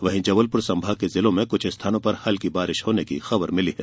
वहीं जबलपुर संभाग के जिलों में कुछ स्थानों पर हल्की वर्षा होने की खबर मिली है